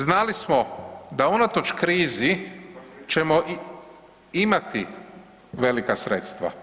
Znali smo da unatoč krizi ćemo imati velika sredstva.